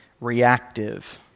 reactive